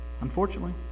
unfortunately